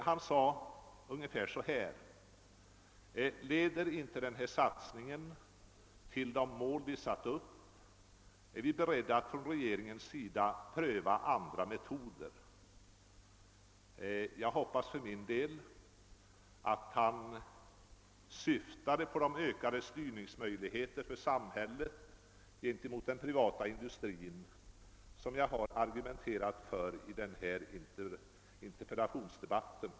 Han uttalade sig ungefär så här: Leder inte denna satsning till de mål vi satt upp är vi från regeringens sida beredda att pröva andra metoder. Jag hoppas för min del att han syftade på de ökade styrningsmöjligheter för samhället gentemot den privata industrin som jag har argumenterat för i denna interpellationsdebatt.